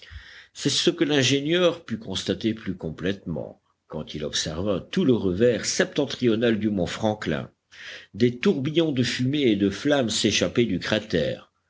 c'est ce que l'ingénieur put constater plus complètement quand il observa tout le revers septentrional du mont franklin des tourbillons de fumée et de flammes s'échappaient du cratère